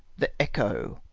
the echo,